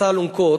מסע אלונקות,